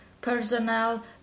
personnel